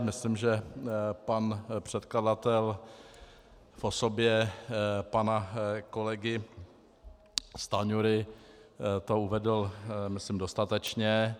Myslím, že pan předkladatel v osobě pana kolegy Stanjury to uvedl myslím dostatečně.